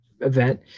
event